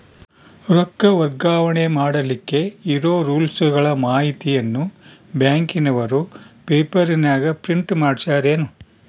ರೊಕ್ಕ ವರ್ಗಾವಣೆ ಮಾಡಿಲಿಕ್ಕೆ ಇರೋ ರೂಲ್ಸುಗಳ ಮಾಹಿತಿಯನ್ನ ಬ್ಯಾಂಕಿನವರು ಪೇಪರನಾಗ ಪ್ರಿಂಟ್ ಮಾಡಿಸ್ಯಾರೇನು?